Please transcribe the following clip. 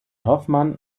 hoffmann